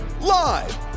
live